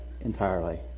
entirely